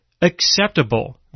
acceptable